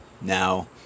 Now